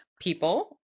People